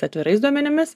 atvirais duomenimis